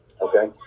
Okay